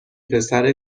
پسر